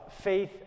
faith